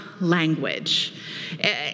language